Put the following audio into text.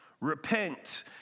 Repent